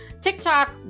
TikTok